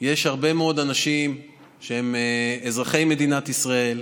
יש הרבה מאוד אנשים שהם אזרחי מדינת ישראל,